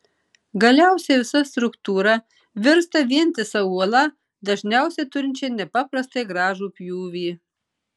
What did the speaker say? galiausiai visa struktūra virsta vientisa uola dažniausiai turinčia nepaprastai gražų pjūvį